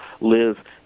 live